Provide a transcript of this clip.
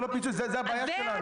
זה לא פיצוי, זאת הבעיה שלנו.